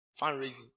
fundraising